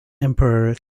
emperor